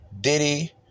Diddy